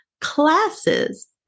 classes